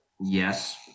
Yes